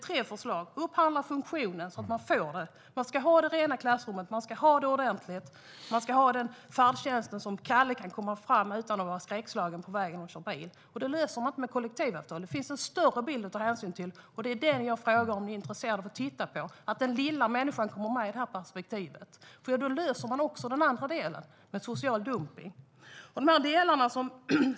Man ska upphandla funktionen. Klassrummet ska vara rent, och färdtjänsten ska fungera så att Kalle kan anlita den utan att bli skräckslagen. Det löser man inte med kollektivavtal. Det finns en större bild att ta hänsyn till, och jag frågar om ni är intresserade av att titta på den och se den lilla människan i det perspektivet. Då löser man också den andra delen med social dumpning.